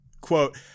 quote